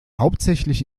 hauptsächlich